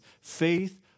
faith